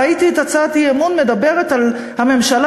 ראיתי את הצעת האי-אמון המדברת על הממשלה